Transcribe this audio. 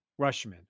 Rushman